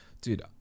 dude